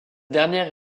dernière